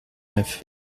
neuf